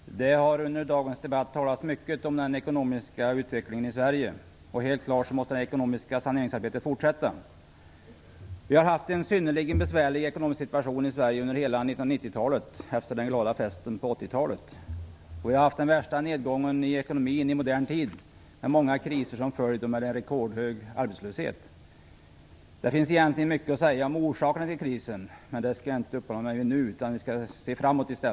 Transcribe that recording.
Herr talman! Det har under dagens debatt talats mycket om den ekonomiska utvecklingen i Sverige. Helt klart måste det ekonomiska saneringsarbetet fortsätta. Vi har haft en synnerligen besvärlig ekonomisk situation i Sverige under hela 1990-talet efter den glada festen på 1980-talet. Vi har haft den värsta nedgången i ekonomin i modern tid med många kriser som följd och med en rekordhög arbetslöshet. Det finns egentligen mycket att säga om orsakerna till krisen, men det skall jag inte uppehålla mig vid nu. Vi skall i stället se framåt.